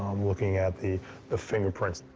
um looking at the the fingerprints.